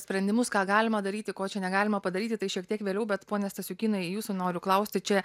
sprendimus ką galima daryti ko čia negalima padaryti tai šiek tiek vėliau bet pone stasiukynai jūsų noriu klausti čia